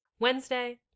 Wednesday